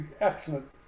excellent